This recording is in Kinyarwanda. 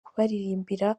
kubaririmbira